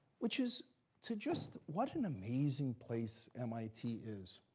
which is to just what an amazing place mit is.